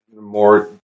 more